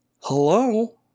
Hello